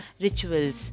rituals